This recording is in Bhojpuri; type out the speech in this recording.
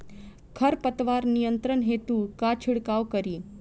खर पतवार नियंत्रण हेतु का छिड़काव करी?